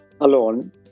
alone